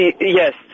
Yes